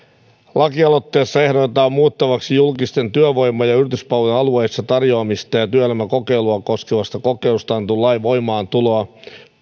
lakialoitteessa ehdotetaan muutettavaksi julkisten työvoima ja yrityspalveluiden alueellista tarjoamista ja työelämäkokeilua koskevasta kokeilusta annetun lain voimaantuloa